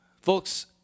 Folks